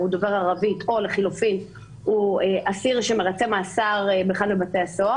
ערבית או לחילופין הוא אסיר שמרצה מאסר באחד מבתי הסוהר